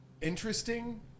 interesting